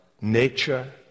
nature